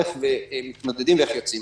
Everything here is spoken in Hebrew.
איך מתמודדים ואיך יוצאים.